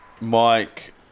Mike